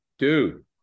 Dude